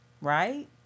Right